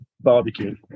barbecue